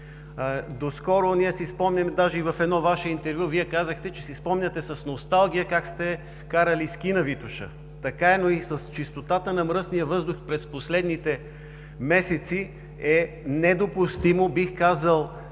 „Витоша“. Ние си спомняме, че в едно Ваше интервю Вие казахте, че си спомняте с носталгия как сте карали ски на Витоша. Така е, но и във връзка с чистотата на въздуха през последните месеци е недопустимо, бих казал